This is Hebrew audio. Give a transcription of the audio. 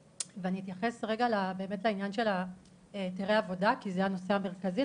אתייחס להיתרי העבודה כי זה הנושא המרכזי,